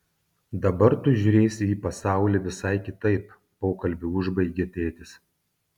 dabar tu žiūrėsi į pasaulį visai kitaip pokalbį užbaigė tėtis